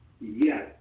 yes